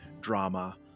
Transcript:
drama